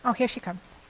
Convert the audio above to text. um here she comes.